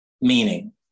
meaning